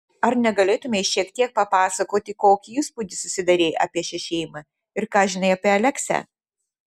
ar negalėtumei šiek tiek papasakoti kokį įspūdį susidarei apie šią šeimą ir ką žinai apie aleksę